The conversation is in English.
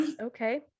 Okay